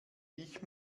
ich